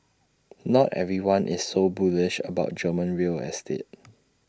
not everyone is so bullish about German real estate